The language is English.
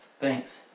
Thanks